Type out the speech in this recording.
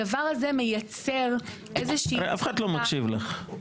הדבר הזה מייצר איזה שהיא --- אף אחד לא מקשיב לך.